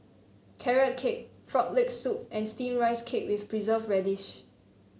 Carrot Cake Frog Leg Soup and steamed Rice Cake with Preserved Radish